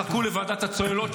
חכו לוועדת הצוללות,